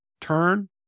Turn